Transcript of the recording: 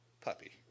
puppy